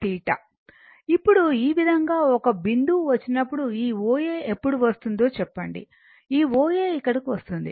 θ ఇప్పుడు ఈ విధంగా ఇది ఒక బిందువుకు వచ్చినప్పుడు ఈ O A ఎప్పుడు వస్తుందో చెప్పండి ఈ O A ఇక్కడకు వస్తుంది